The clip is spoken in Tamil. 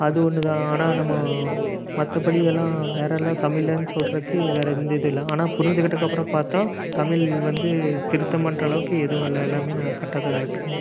அது ஒன்றுதான் ஆனால் நம்ம மற்றபடி எல்லாம் வேறெல்லாம் தமிழிலன்னு சொல்றதுக்கு வேறு எந்த இதுவும் இல்லை ஆனால் புரிஞ்சிக்கிட்டதுக்கப்புறம் பார்த்தா தமிழ் வந்து திருத்தம் பண்ணுற அளவுக்கு எதுவும் இல்லை எல்லாமே கரட்டாக தான் இருக்குது